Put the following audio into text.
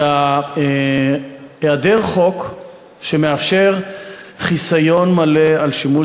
היא היעדר חוק שמאפשר חיסיון מלא על שימוש